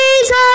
Jesus